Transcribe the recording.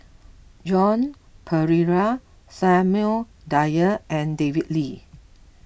Joan Pereira Samuel Dyer and David Lee